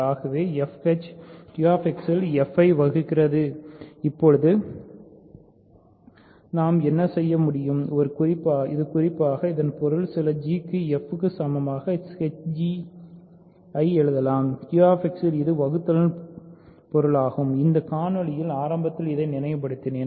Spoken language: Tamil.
ஆகவே fh QX இல் f ஐ வகுக்கிறது இப்போது நாம் என்ன செய்ய முடியும் இது குறிப்பாக இதன் பொருள் சில g க்கு f க்கு சமமாக hg ஐ எழுதலாம் QX இல் இது வகுத்தலின் பொருளாகும் இந்த காணொளியின் ஆரம்பத்தில் இதை நினைவுபடுத்தினேன்